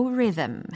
rhythm